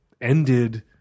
ended